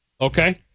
Okay